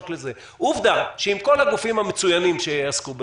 עובדה שעם כל הגופים המצויינים שעסקו בזה,